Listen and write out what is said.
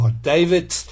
david